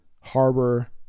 Harbor